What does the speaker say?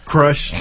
Crush